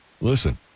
listen